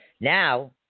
now